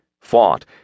fought